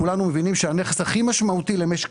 כולנו מבינים שהנכס הכי משמעותי למשק